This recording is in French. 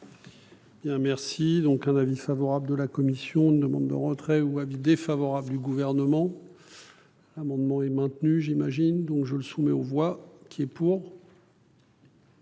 donc un avis favorable de la commission demande de retrait ou avis défavorable du gouvernement. L'amendement est maintenu, j'imagine. Donc, je le soumets aux voix qui est pour.